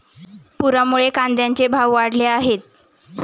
पुरामुळे कांद्याचे भाव वाढले आहेत